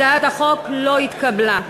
הצעת החוק לא התקבלה.